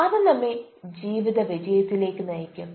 അത് നമ്മെ ജീവിത വിജയത്തിലേക്ക് നയിക്കും